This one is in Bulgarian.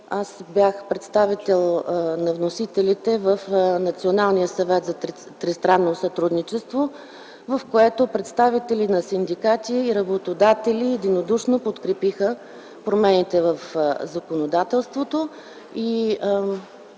аз бях представил на вносителите в Националния съвет за тристранно сътрудничество, в което представители на синдикати и работодатели единодушно подкрепиха промените в законодателството.